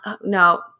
no